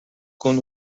con